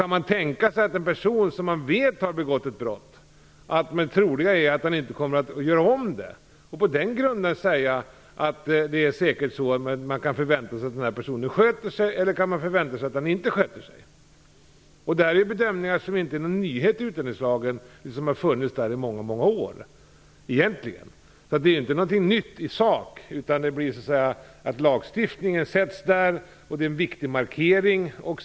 Är det troligt att en person som man vet har begått ett brott inte kommer att göra om det? Kan man på den grunden förvänta sig att personen sköter sig, eller kan man förvänta sig att han inte sköter sig? Det är bedömningar som inte är någon nyhet i utlänningslagen. De har egentligen funnits i många år. Det är inget nytt i sak. Lagen formuleras nu på detta sätt. Det är en viktig markering.